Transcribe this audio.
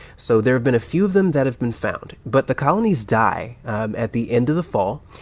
so there have been a few of them that have been found. but the colonies die at the end of the fall.